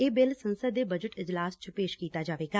ਇਹ ਬਿੱਲ ਸੰਸਦ ਦੇ ਬਜਟ ਇਜਲਾਸ ਚ ਪੇਸ਼ ਕੀਤਾ ਜਾਵੇਗਾ